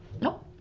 No